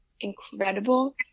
incredible